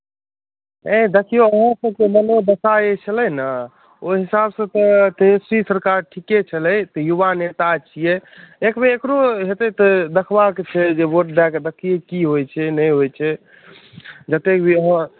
हँ देखियौ हमर सभके मनोदशा जे छलै ने ओहि हिसाबसँ नीतीश सरकार ठीके छलै युवा नेता छियै एकबेर एकरो हेतै तऽ देखबाके छै जे वोट दए कऽ देखियै की होइ छै नहि होइ छै जतेक भी अहाँ